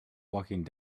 walking